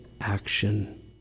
action